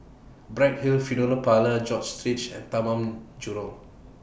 Bright Hill Funeral Parlour George and Taman Jurong